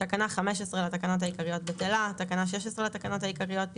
סמכויות מיוחדות להתמודדות עם